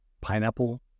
pineapple